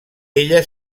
ella